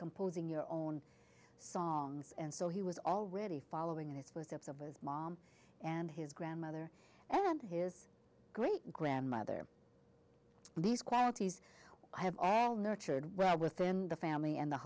composing your own songs and so he was already following in his footsteps of his mom and his grandmother and his great grandmother these qualities have all nurtured well within the family and the